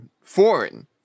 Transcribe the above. foreign